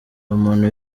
umuntu